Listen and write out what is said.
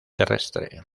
terrestre